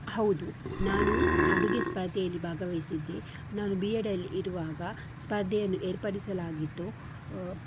ಹೌದು ನಾನು ಅಡುಗೆ ಸ್ಪರ್ಧೆಯಲ್ಲಿ ಭಾಗವಹಿಸಿದ್ದೆ ನಾನು ಬಿ ಎಡಲ್ಲಿ ಇರುವಾಗ ಸ್ಪರ್ಧೆಯನ್ನು ಏರ್ಪಡಿಸಲಾಗಿತ್ತು